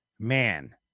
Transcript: Man